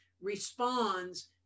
responds